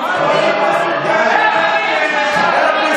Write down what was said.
היושב-ראש, חברי